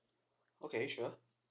okay sure